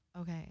Okay